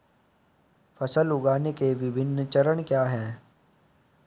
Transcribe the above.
फसल उगाने के विभिन्न चरण क्या हैं?